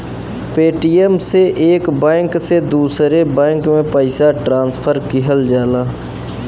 Paytm से एक bank से दूसरे बैंक में पइसा ट्रांसफर किहल जाला